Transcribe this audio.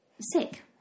sick